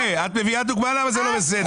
את מביאה דוגמה למה זה לא בסדר.